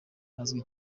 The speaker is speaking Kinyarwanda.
azwi